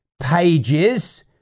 pages